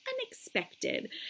unexpected